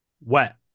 wet